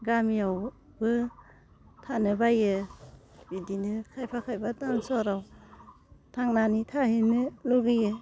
गामियावबो थानो बायो बिदिनो खायफा खायफा टाउन सहराव थांनानै थाहैनो लुगैयो